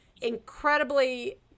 incredibly